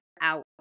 out